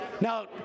Now